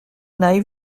naïf